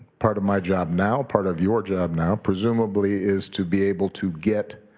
part of my job now, part of your job now, presumably is to be able to get,